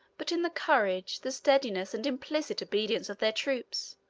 but in the courage, the steadiness, and implicit obedience of their troops,